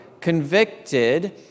convicted